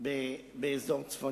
רצוני